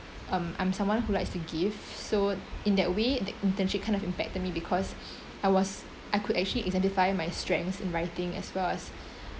um I'm someone who likes to give so in that way the internship kind of impacted me because I was I could actually identify my strengths in writing as well as